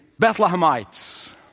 Bethlehemites